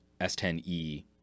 S10e